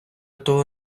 того